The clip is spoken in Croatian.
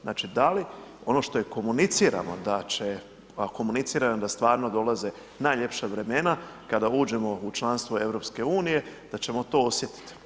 Znači, da li ono što je komunicirano, da će, a komunicirano je da stvarno dolaze najljepša vremena kada uđemo u članstvo EU, da ćemo to osjetiti.